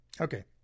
Okay